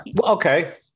okay